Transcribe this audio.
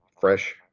fresh